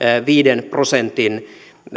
viiden prosentin